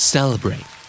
Celebrate